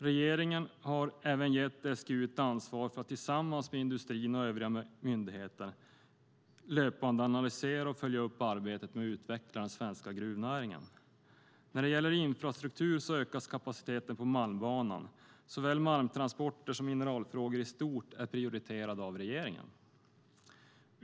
Regeringen har också gett SGU ett ansvar för att tillsammans med industrin och övriga myndigheter löpande analysera och följa upp arbetet med att utveckla den svenska gruvnäringen. När det gäller infrastruktur ökas kapaciteten på Malmbanan. Såväl malmtransporterna som mineralfrågorna i stort är prioriterade av regeringen.